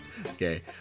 Okay